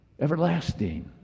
Everlasting